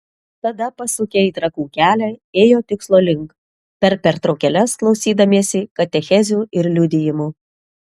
tada pasukę į trakų kelią ėjo tikslo link per pertraukėles klausydamiesi katechezių ir liudijimų